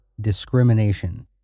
discrimination